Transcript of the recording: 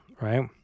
right